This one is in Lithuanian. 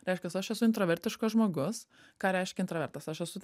reiškias aš esu intravertiškas žmogus ką reiškia intravertas aš esu